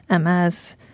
MS